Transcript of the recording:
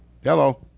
Hello